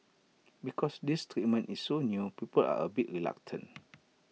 because this treatment is so new people are A bit reluctant